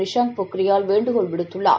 நிஷாங்க் பொக்ரியால் வேண்டுகோள் விடுத்துள்ளார்